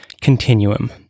continuum